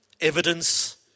evidence